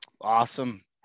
awesome